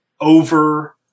over